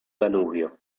danubio